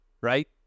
right